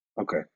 Okay